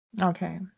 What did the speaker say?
Okay